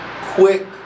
quick